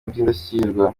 by’indashyikirwa